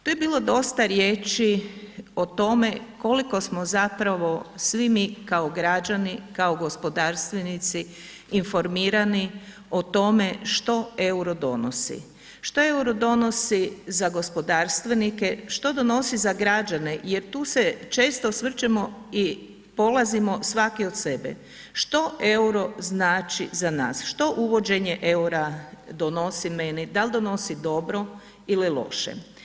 Tu je bilo dosta riječi o tome koliko smo zapravo svi mi kao građani, kao gospodarstvenici informirani o tome što euro donosi, što euro donosi za gospodarstvenike, što donosi za građane jer tu se često osvrćemo i polazimo svaki od sebe, što euro znači za nas, što uvođenje eura donosi meni, da li donosi dobro ili loše.